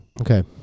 Okay